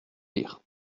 lire